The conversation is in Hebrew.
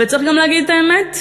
וצריך גם להגיד את האמת,